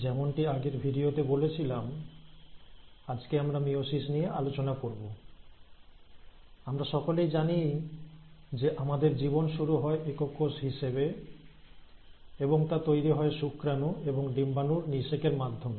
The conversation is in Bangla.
যেমনটি আগের ভিডিওতে বলেছিলাম আজকে আমরা মিয়োসিস নিয়ে আলোচনা করব আমরা সকলেই জানি যে আমাদের জীবন শুরু হয় একক কোষ হিসাবে এবং তা তৈরি হয় শুক্রাণু এবং ডিম্বাণুর নিষেকের মাধ্যমে